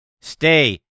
Stay